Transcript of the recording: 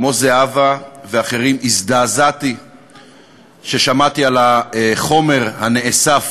כמו זהבה ואחרים, הזדעזעתי כששמעתי על החומר הנאסף